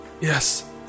Yes